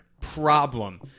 problem